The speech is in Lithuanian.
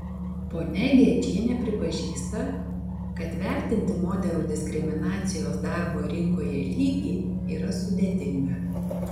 ponia gečienė pripažįsta kad vertinti moterų diskriminacijos darbo rinkoje lygį yra sudėtinga